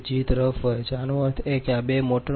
230